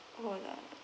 hold on